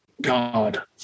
God